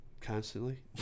constantly